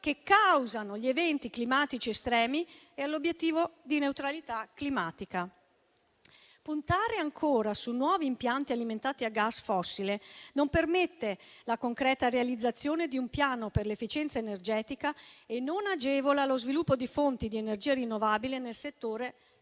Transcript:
che causa gli eventi climatici estremi, e all'obiettivo di neutralità climatica. Puntare ancora su nuovi impianti alimentati a gas fossile non permette la concreta realizzazione di un piano per l'efficienza energetica e non agevola lo sviluppo di fonti di energia rinnovabile nel settore industriale.